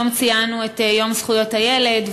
היום ציינו את יום זכויות הילד,